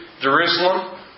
Jerusalem